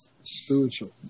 spiritual